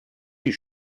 die